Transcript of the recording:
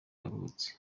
yavutse